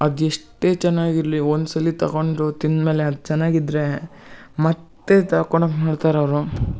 ಅದು ಎಷ್ಟೇ ಚೆನ್ನಾಗಿರ್ಲಿ ಒಂದು ಸಲ ತಗೊಂಡರೂ ತಿಂದ್ಮೇಲೆ ಅದು ಚೆನ್ನಾಗಿದ್ರೆ ಮತ್ತೆ ಅವ್ರು